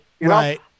right